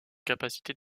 capacité